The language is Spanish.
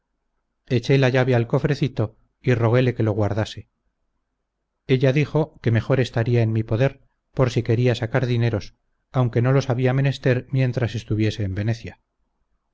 infinito eché la llave al cofrecito y roguéle que lo guardase ella dijo que mejor estaría en mi poder por si quería sacar dineros aunque no los había menester mientras estuviese en venecia